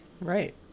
Right